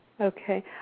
Okay